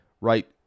right